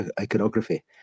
iconography